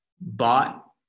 bought